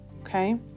okay